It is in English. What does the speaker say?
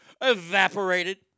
evaporated